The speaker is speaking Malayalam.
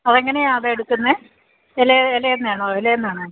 അതെങ്ങനെയാണ് അതെടുക്കുന്നത് ഇലയിൽ ഇലയിൽ നിന്നാണോ ഇലയിൽ നിന്നാണോ